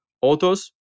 Autos